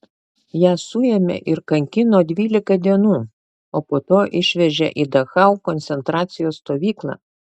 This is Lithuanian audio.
ją suėmė ir kankino dvylika dienų o po to išvežė į dachau koncentracijos stovyklą